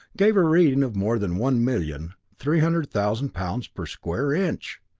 gave a reading of more than one million, three hundred thousand pounds per square inch!